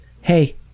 Hey